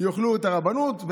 יאכלו את הרבנות,